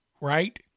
right